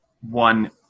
One